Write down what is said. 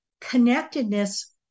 connectedness